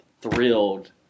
thrilled